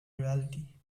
reality